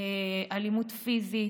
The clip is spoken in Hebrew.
אלימות פיזית,